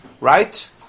right